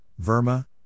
Verma